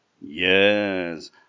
Yes